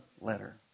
letter